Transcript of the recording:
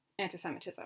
antisemitism